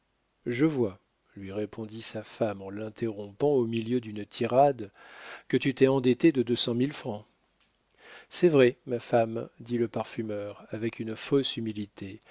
je vois lui répondit sa femme en l'interrompant au milieu d'une tirade que tu t'es endetté de deux cent mille francs c'est vrai ma femme dit le parfumeur avec une fausse humilité